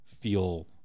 feel